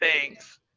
thanks